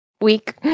week